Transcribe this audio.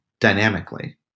dynamically